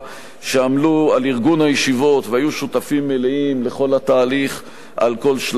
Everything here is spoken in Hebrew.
שעמלו על ארגון הישיבות והיו שותפים מלאים לכל התהליך על כל שלביו.